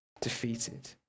defeated